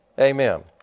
Amen